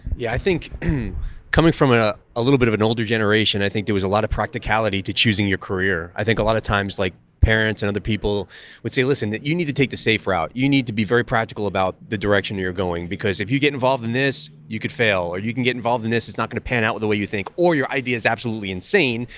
yeah, i think coming from ah a little bit of an older generation, i think there was a lot of practicality to choosing your career. i think a lot of times, like parents and other people would say, listen that you need to take the safe route. you need to be very practical about the direction you're going because if you get involved in this, you could fail or you can get involved in. this is not gonna pan out the way you think or your idea is absolutely insane.